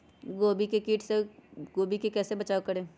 गोभी के किट से गोभी का कैसे बचाव करें?